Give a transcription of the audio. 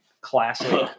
classic